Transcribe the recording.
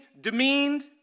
demeaned